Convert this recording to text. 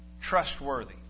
trustworthy